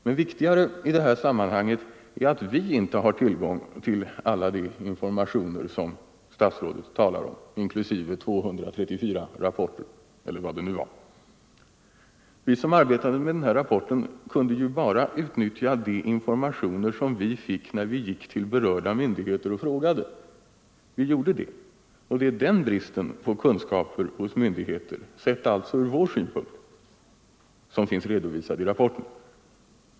Men viktigare i det här sammanhanget är att vi inte har tillgång till alla de informationer som statsrådet talar om, inklusive 234 rapporter, eller vad det nu var. Vi som arbetade med den här rapporten kunde ju bara utnyttja de informationer som vi fick när vi gick till berörda myndigheter och frågade — och vi gjorde det. Det är den bristen på kunskaper hos myndigheter, sedd ur vår synpunkt, som finns redovisad i rapporten.